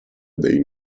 dei